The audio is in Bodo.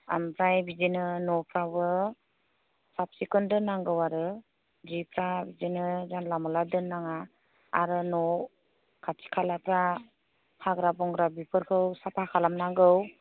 ओमफ्राय बिदिनो न'फ्रावबो साखोन सिखोन दोननांगौ आरो सिफोरा बिदिनो जानला मोनला दोननाङा आरो न' खाथि खालाफ्रा हाग्रा बंग्रा बेफोरखौ साफा खालामनांगौ